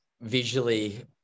visually